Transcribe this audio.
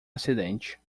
acidente